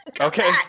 Okay